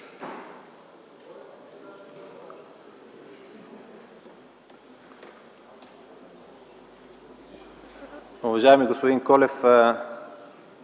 Благодаря.